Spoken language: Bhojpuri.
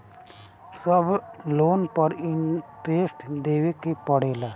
सब लोन पर इन्टरेस्ट देवे के पड़ेला?